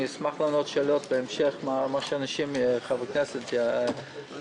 אשמח לענות לשאלות בהמשך, מה שחברי הכנסת יעלו.